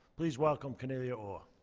please welcome cornelia orr.